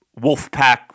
Wolfpack